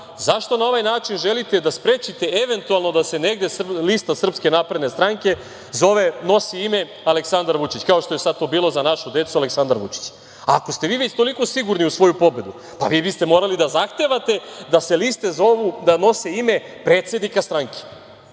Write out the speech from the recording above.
zašto na ovaj način želite da sprečite eventualno da negde lista SNS nosi ime Aleksandar Vučić, kao što je to sada bilo Za našu decu - Aleksandar Vučić. Ako ste već toliko sigurni u svoju pobedu, vi biste morali da zahtevate da liste nose ime predsednika stranke